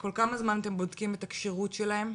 כל כמה זמן אתם בודקים את הכשירות שלהם?